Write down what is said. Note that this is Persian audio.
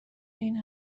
این